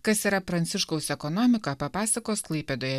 kas yra pranciškaus ekonomika papasakos klaipėdoje